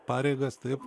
pareigas taip